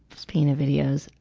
speaking of videos,